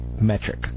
metric